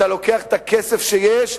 אתה לוקח את הכסף שיש,